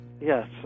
yes